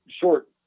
short